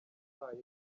wahaye